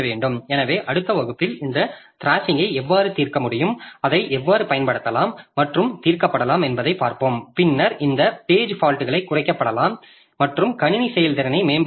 எனவே அடுத்த வகுப்பில் இந்த த்ராஷிங்ஐ எவ்வாறு தீர்க்க முடியும் அதை எவ்வாறு பயன்படுத்தலாம் மற்றும் தீர்க்கப்படலாம் என்பதைப் பார்ப்போம் பின்னர் இந்த பேஜ் ஃபால்ட்கள் குறைக்கப்படலாம் மற்றும் கணினி செயல்திறனை மேம்படுத்தலாம்